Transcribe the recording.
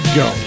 go